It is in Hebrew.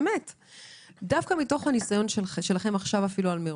אז מתוך הניסיון שלכם ממירון,